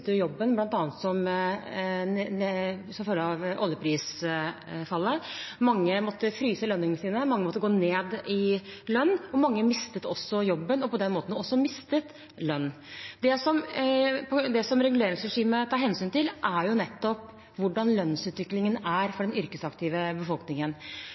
jobben, bl.a. som følge av oljeprisfallet. Mange måtte fryse lønningene sine, mange måtte gå ned i lønn, mange mistet også jobben og på den måten også lønn. Det som reguleringsregimet tar hensyn til, er nettopp hvordan lønnsutviklingen er for den yrkesaktive befolkningen.